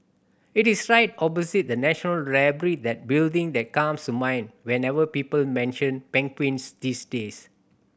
it is right opposite the National Library that building that comes to mind whenever people mention penguins these days